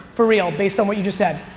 for real, based on what you just said.